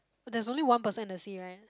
there is only one person in the sea right